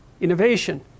innovation